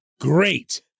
great